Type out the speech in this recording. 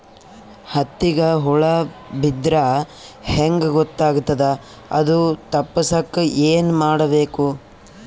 ಹತ್ತಿಗ ಹುಳ ಬಿದ್ದ್ರಾ ಹೆಂಗ್ ಗೊತ್ತಾಗ್ತದ ಅದು ತಪ್ಪಸಕ್ಕ್ ಏನ್ ಮಾಡಬೇಕು?